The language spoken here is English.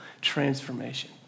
transformation